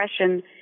Depression